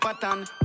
pattern